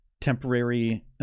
temporary